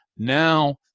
Now